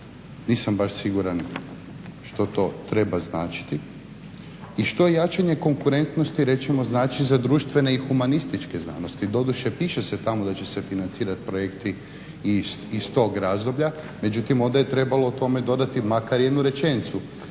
nisam baš siguran što to treba značiti. I što jačanje konkurentnosti recimo znači za društvene i humanističke znanosti, doduše piše se tamo da će se financirati projekti i iz tog razdoblja, međutim onda je trebalo tome dodati makar jednu rečenicu.